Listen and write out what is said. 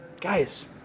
guys